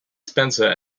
spencer